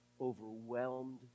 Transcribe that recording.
overwhelmed